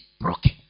broken